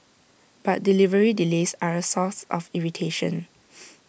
but delivery delays are A source of irritation